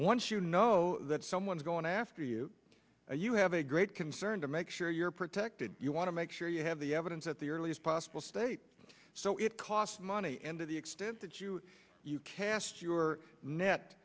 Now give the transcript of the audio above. once you know that someone is going after you and you have a great concern to make sure you're protected you want to make sure you have the evidence at the earliest possible state so it costs money and to the extent that you cast your